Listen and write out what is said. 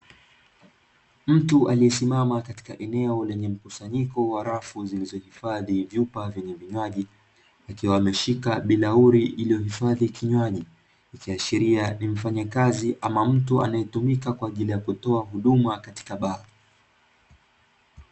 Mtu aliyesimama katika eneo lenye mkusanyiko wa rafu zilizohifadhi vyupa vyenye vinywaji, akiwa ameshika bilauli iliyohifadhi kinywaji ikiashiria ni mfanyakazi, ama mtu anayetumika kwa ajili ya kutoa uduma katika baa.